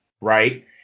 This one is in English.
Right